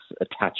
attached